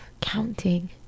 counting